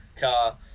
car